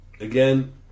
Again